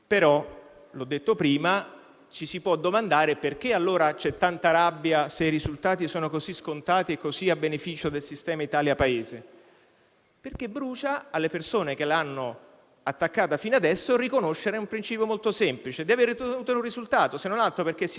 Italia Paese. Alle persone, che l'hanno attaccata fino adesso, brucia riconoscere il principio molto semplice di avere ottenuto un risultato, se non altro perché si sono spesi tanto in opposizione, strumentalizzazione e dico anche insulti - se possiamo dirlo - che adesso se la cavano dicendo che lei ha combattuto per l'Italia e che almeno questo glielo riconoscono.